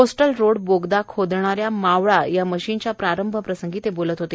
coastal road बोगदा खोदणाऱ्या मावळा मशिनच्या प्रारंभप्रसंगी ते बोलत होते